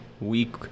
week